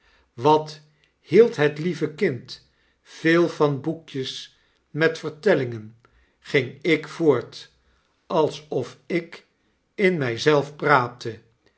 wat hield het lieve kind veel van boekjes met vertellingen ging ik voort alsof ikinmy zelf praatte